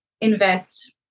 invest